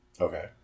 Okay